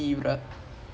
oh ya ya ya